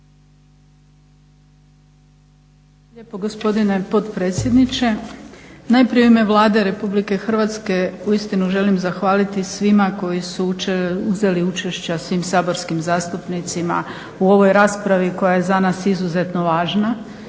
lijepo gospodine potpredsjedniče. Najprije u ime Vlade Republike Hrvatske uistinu želim zahvaliti svima koji su uzeli učešća, svim saborskim zastupnicima u ovoj raspravi koja je za nas izuzetno važna.